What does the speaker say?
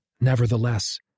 nevertheless